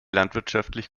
landwirtschaftlich